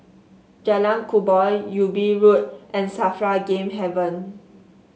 Jalan Kubor Ubi Road and Safra Game Haven